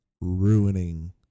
ruining